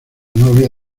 novia